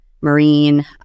marine